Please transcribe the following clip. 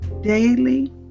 Daily